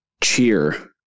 cheer